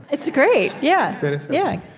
it's great, yeah but yeah